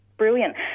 Brilliant